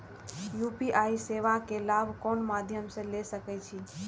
UPI सेवा के लाभ कोन मध्यम से ले सके छी?